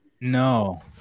No